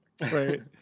Right